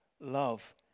love